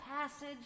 passage